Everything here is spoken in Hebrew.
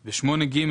נכון,